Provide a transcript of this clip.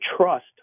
trust